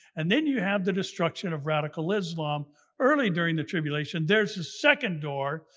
and then you have the destruction of radical islam early during the tribulation, there's a second door.